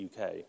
UK